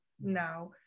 now